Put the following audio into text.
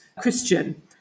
Christian